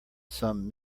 sum